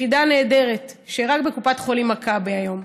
יחידה נהדרת, שהיא רק בקופת חולים מכבי היום.